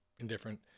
indifferent